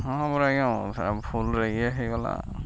ହଁ ପରେ ଆଜ୍ଞା ସେ ଭୁଲ୍ରେ ଇଏ ହେଇଗଲା